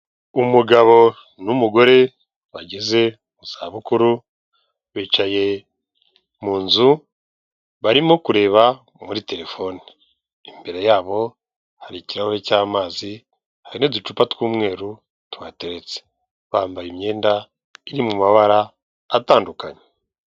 Umugabo n'umugore bageze mu za bukuru bicaye mu nzu barimo kureba muri telefoni imbere yabo hari ikirahuri cy'amazi hari n'uducupa tw'umweru tuhateretse bambaye imyenda iri mu mabara atandukanye.